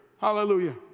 Hallelujah